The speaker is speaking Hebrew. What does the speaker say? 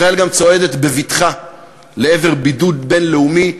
ישראל גם צועדת בבטחה לעבר בידוד בין-לאומי,